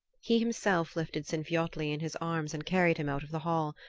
he himself lifted sinfiotli in his arms and carried him out of the hall,